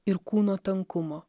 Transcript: ir kūno tankumo